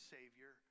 Savior